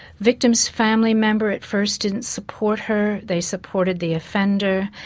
victim's family member at first didn't support her, they supported the offender,